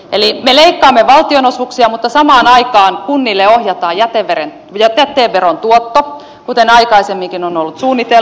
eli me leikkaamme valtionosuuksia mutta samaan aikaan kunnille ohjataan jäteveron tuotto kuten aikaisemminkin on ollut suunnitelmissa